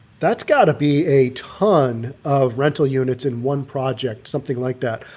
that's got to be a ton of rental units in one project, something like that.